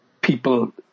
people